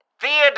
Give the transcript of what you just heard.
Theodore